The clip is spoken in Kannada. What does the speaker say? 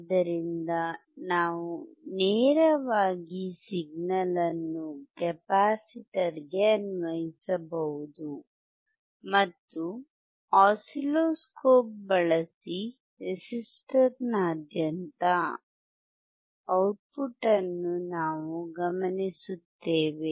ಆದ್ದರಿಂದ ನಾವು ನೇರವಾಗಿ ಸಿಗ್ನಲ್ ಅನ್ನು ಕೆಪಾಸಿಟರ್ಗೆ ಅನ್ವಯಿಸಬಹುದು ಮತ್ತು ಆಸಿಲ್ಲೋಸ್ಕೋಪ್ ಬಳಸಿ ರೆಸಿಸ್ಟರ್ನಾದ್ಯಂತ ಔಟ್ಪುಟ್ ಅನ್ನು ನಾವು ಗಮನಿಸುತ್ತೇವೆ